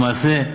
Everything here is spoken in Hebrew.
למעשה,